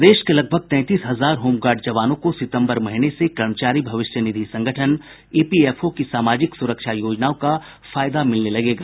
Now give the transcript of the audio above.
प्रदेश के लगभग तैंतीस हजार होमगार्ड जवानों को सितम्बर महीने से कर्मचारी भविष्य निधि संगठन ईपीएफओ की सामाजिक सुरक्षा योजनाओं का फायदा मिलने लगेगा